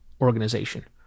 organization